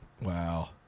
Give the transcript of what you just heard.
Wow